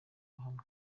hamwe